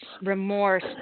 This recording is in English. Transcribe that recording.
remorse